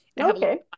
Okay